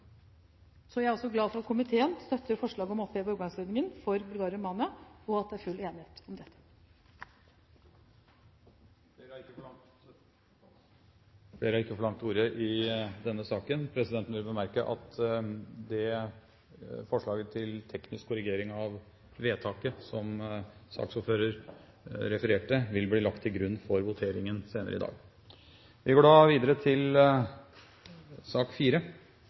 Jeg er glad for at komiteen støtter forslaget om å oppheve overgangsordningene for Bulgaria og Romania, og at det er full enighet om dette. Flere har ikke bedt om ordet til sak nr. 3. Presidenten vil bemerke at det forslaget til teknisk korrigering av vedtaket som saksordføreren refererte, vil bli lagt til grunn for voteringen senere i dag. Etter ønske fra transport- og kommunikasjonskomiteen vil presidenten foreslå at taletiden begrenses til